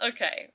Okay